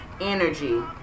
energy